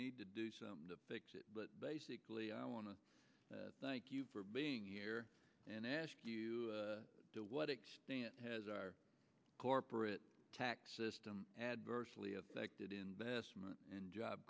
need to do some to fix it but basically i want to thank you for being here and ask you to what extent has our corporate tax system adversely affected investment in job